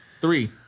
Three